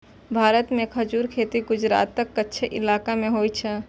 भारत मे खजूरक खेती गुजरातक कच्छ इलाका मे होइ छै